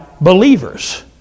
believers